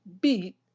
beat